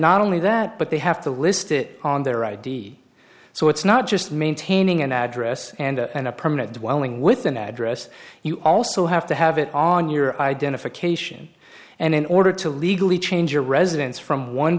not only that but they have to list it on their id so it's not just maintaining an address and in a permanent dwelling with an address you also have to have it on your identification and in order to legally change your residence from one